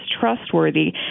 trustworthy